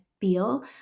feel